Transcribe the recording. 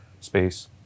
space